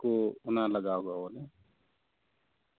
ᱩᱱᱠᱯ ᱚᱱᱟ ᱞᱟᱜᱟᱣ ᱠᱚᱣᱟ ᱵᱚᱞᱮ